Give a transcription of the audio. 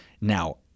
Now